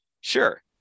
Sure